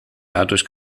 dadurch